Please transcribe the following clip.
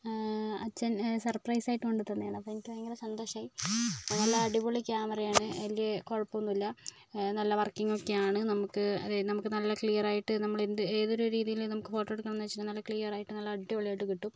അച്ഛൻ സർപ്രൈസ് ആയിട്ട് കൊണ്ട് തന്നതാണ് അപ്പം വളരെ സന്തോഷം ആയി നല്ല അടിപൊളി ക്യാമറ ആണ് വലിയ കുഴപ്പം ഒന്നുമില്ല നല്ല വർക്കിംഗ് ഒക്കെ ആണ് നമുക്ക് നമുക്ക് നല്ല ക്ലിയർ ആയിട്ട് നമ്മൾ ഏത് ഒരു രിതിയിൽ ഫോട്ടോ എടുക്കണം എന്ന് വെച്ചാൽ നല്ല ക്ലിയർ ആയിട്ട് നല്ല അടിപൊളി ആയിട്ട് കിട്ടും